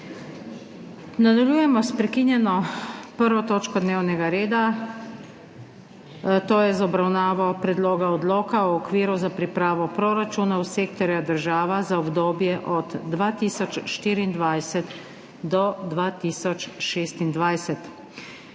**Nadaljujemo s prekinjeno 1. točko dnevnega reda – obravnavo Predloga odloka o okviru za pripravo proračunov sektorja država za obdobje od 2024 do 2026.**